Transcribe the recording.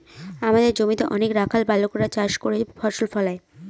আমাদের জমিতে অনেক রাখাল বালকেরা চাষ করে ফসল ফলায়